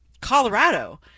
Colorado